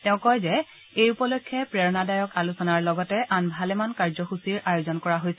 তেওঁ কয় যে এই উপলক্ষে প্ৰেৰণাদায়ক আলোচনাৰ লগতে আন ভালেমান কাৰ্যসূচীৰ আয়োজন কৰা হৈছে